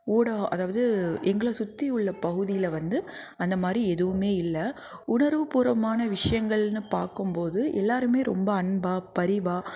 ஊடக அதாவது எங்களை சுற்றியுள்ள பகுதியில் வந்து அந்தமாதிரி எதுவுமே இல்லை உணர்வுப்பூர்வமான விஷயங்கள்னு பார்க்கும்போது எல்லாருமே ரொம்ப அன்பாக பரிவாக